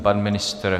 Pan ministr?